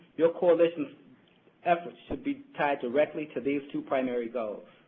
your coalition's efforts should be tied directly to these two primary goals.